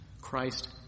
Christ